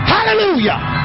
Hallelujah